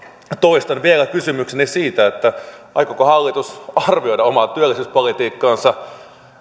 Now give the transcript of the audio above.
toistan vielä kysymykseni siitä aikooko hallitus arvioida omaa työllisyyspolitiikkaansa